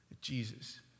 Jesus